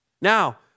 Now